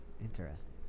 Interesting